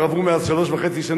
כבר עברו מאז שלוש שנים וחצי,